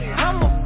I'ma